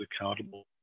accountable